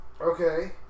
okay